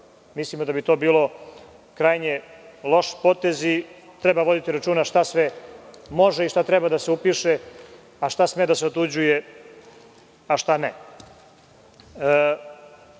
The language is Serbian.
Mislimo da bi to bilo krajnje loš potez i treba voditi računa šta sve može da se upiše, a šta sve može da se otuđuje, a šta